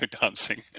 dancing